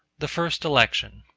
the first election.